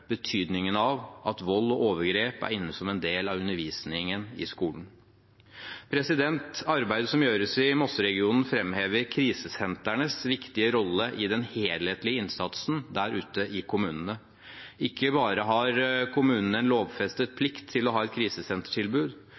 betydningen av at vold og overgrep er inne som en del av undervisningen i skolen. Arbeidet som gjøres i Mosseregionen, framhever krisesentrenes viktige rolle i den helhetlige innsatsen der ute i kommunene. Ikke bare har kommunene en lovfestet plikt til å ha et krisesentertilbud,